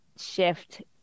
shift